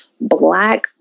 Black